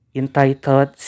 entitled